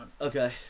Okay